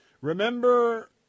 Remember